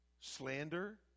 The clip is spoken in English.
slander